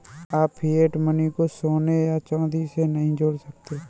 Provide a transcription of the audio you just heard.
आप fiat money को सोने या चांदी से नहीं जोड़ सकते